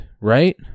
right